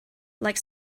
like